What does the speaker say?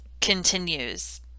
continues